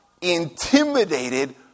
intimidated